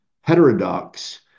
heterodox